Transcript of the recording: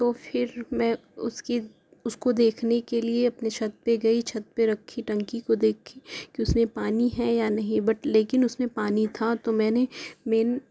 تو پھر میں اس کی اس کو دیکھنے کے لیے اپنے چھت پہ گئی چھت پہ رکھی ٹنکی کو دیکھی کہ اس میں پانی ہے یا نہیں بٹ لیکن اس میں پانی تھا تو میں نے مین